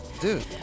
Dude